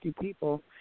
people